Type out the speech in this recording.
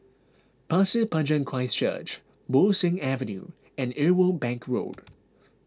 Pasir Panjang Christ Church Bo Seng Avenue and Irwell Bank Road